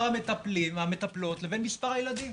המטפלים או המטפלות לבין מספר הילדים.